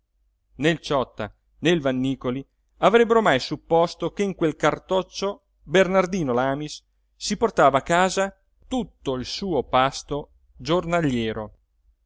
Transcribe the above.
il ciotta né il vannícoli avrebbero mai supposto che in quel cartoccio bernardino lamis si portava a casa tutto il suo pasto giornaliero